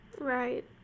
right